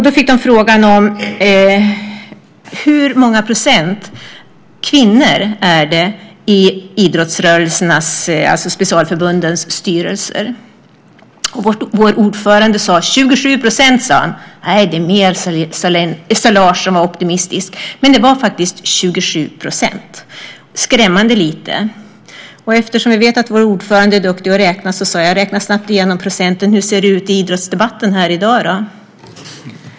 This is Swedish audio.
De fick en fråga om hur många procent kvinnor som finns i specialförbundens styrelser. Vår ordförande sade 27 %. Nej, det är mer, sade Lars som var optimistisk. Men det var faktiskt 27 %. Det är skrämmande lite. Eftersom vi vet att vår ordförande är duktig på att räkna sade jag: Räkna snabbt igenom procenten. Hur ser det ut i idrottsdebatten i dag?